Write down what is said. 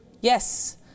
Yes